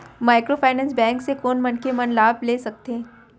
Microfinance bank से कोन मनखे मन लाभ ले सकथे?